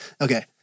Okay